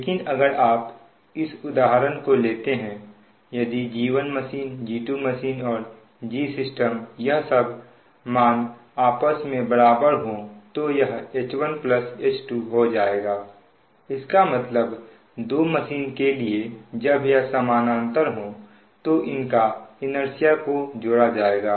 लेकिन अगर आप इस उदाहरण को लेते हैं यदि G1machineG2machine और Gsystemयह सब मान आपस में बराबर हो तो यह H1H2हो जाएगा इसका मतलब दो मशीन के लिए जब यह समानांतर हो तो इनका इनेर्सिया को जोड़ा जाएगा